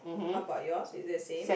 how about yours is it the same